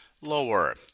lower